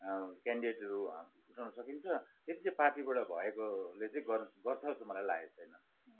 क्यानडिडेटहरू उठाउन सकिन्छ त्यति चाहिँ पार्टीबाट भएकोले चाहिँ गर् गर्छ जस्तो मलाई लागेको छैन